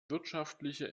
wirtschaftliche